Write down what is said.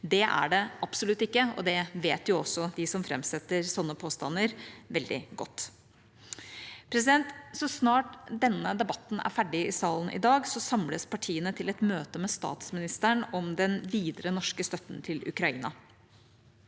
Det er det absolutt ikke, og det vet også de som framsetter sånne påstander, veldig godt. Så snart denne debatten er ferdig i salen i dag, samles partiene til et møte med statsministeren om den videre norske støtten til Ukraina.